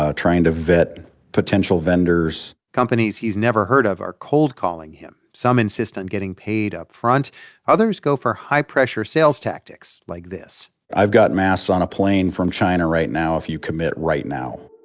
ah trying to vet potential vendors companies he's never heard of are cold-calling him. some insist on getting paid upfront others go for high-pressure sales tactics like this i've got masks on a plane from china right now if you commit right now